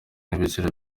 n’ibiciro